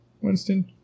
Winston